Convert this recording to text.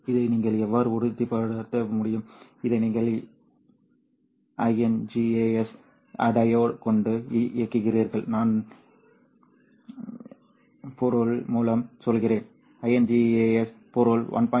இதை நீங்கள் எவ்வாறு உறுதிப்படுத்த முடியும் இதை நீங்கள் InGaAs டையோடு கொண்டு இயக்குகிறீர்கள் நான் InGaAs பொருள் மூலம் சொல்கிறேன் InGaAs பொருள் 1